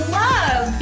love